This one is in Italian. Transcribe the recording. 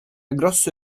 grosso